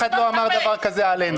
אף אחד לא אמר דבר כזה עלינו.